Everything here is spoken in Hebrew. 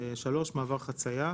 (3) מעבר חצייה,"